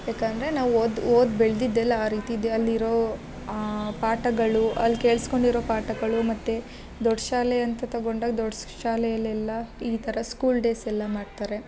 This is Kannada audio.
ಯಾಕಂದರೆ ನಾವು ಓದಿ ಓದಿ ಬೆಳ್ದಿದ್ದೆಲ್ಲ ಆ ರೀತಿ ಇದೆ ಅಲ್ಲಿರೋ ಪಾಠಗಳು ಅಲ್ಲಿ ಕೇಳ್ಸ್ಕೊಂಡಿರೊ ಪಾಠಗಳು ಮತ್ತು ದೊಡ್ಡ ಶಾಲೆ ಅಂತ ತಗೊಂಡಾಗ ದೊಡ್ಡ ಶಾಲೆಯಲ್ಲೆಲ್ಲ ಈ ಥರ ಸ್ಕೂಲ್ ಡೇಸ್ ಎಲ್ಲ ಮಾಡ್ತಾರೆ